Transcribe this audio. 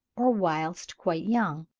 or whilst quite young.